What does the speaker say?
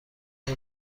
قلم